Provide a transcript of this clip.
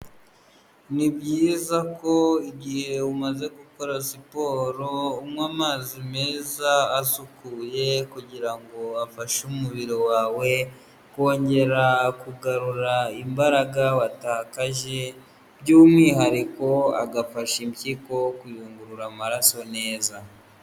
Ni byiza ko igihe umaze gukora siporo unywa amazi meza asukuye kugira ngo ufashe umubiri wawe kongera kugarura imbaraga watakaje, by'umwihariko agafasha impyiko kuyungurura amaraso neza.